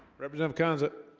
represent concert